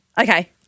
Okay